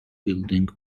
building